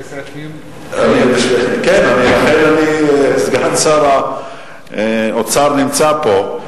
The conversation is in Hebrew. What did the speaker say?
זה סעיפים, כן, לכן סגן שר האוצר נמצא פה.